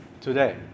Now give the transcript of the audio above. today